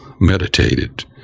meditated